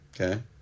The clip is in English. Okay